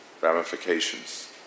ramifications